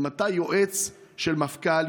ממתי יועץ של מפכ"ל,